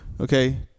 Okay